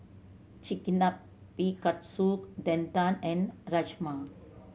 Chigenabe Katsu Tendon and Rajma